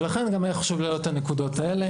ולכן גם היה חשוב לי להעלות את הנקודות האלה.